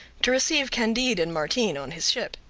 to receive candide and martin on his ship.